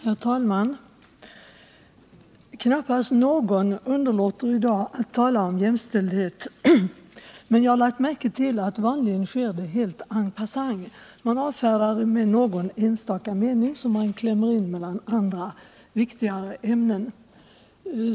Herr talman! Knappast någon underlåter i dag att tala om jämställdhet, men jag har lagt märke till att det vanligen sker helt en passant. Man avfärdar frågan med någon enstaka mening, som man klämmer in mellan andra, viktigare ämnen.